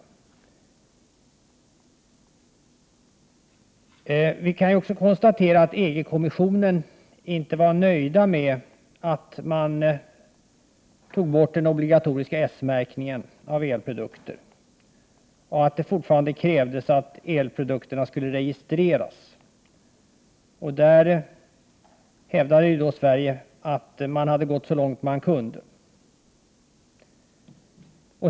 Vi kan också konstatera att EG-kommissionen inte var nöjd med att den obligatoriska S-märkningen av elprodukter togs bort men att det fortfarande krävdes att elprodukterna skulle registreras. Sverige hävdade att man hade gått så långt man kunde.